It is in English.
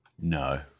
no